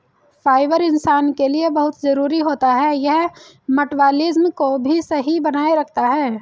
fibre इंसान के लिए बहुत जरूरी होता है यह मटबॉलिज़्म को भी सही बनाए रखता है